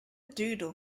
doodle